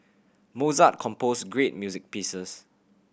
Mozart composed great music pieces